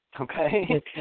okay